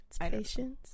Patience